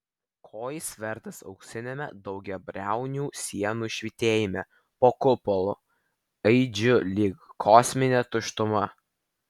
ko jis vertas auksiniame daugiabriaunių sienų švytėjime po kupolu aidžiu lyg kosminė tuštuma